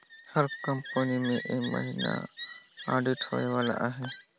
हमर कंपनी में ए महिना आडिट होए वाला अहे